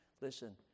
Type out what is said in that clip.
Listen